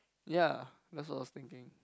ya that's what I was thinking